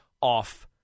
off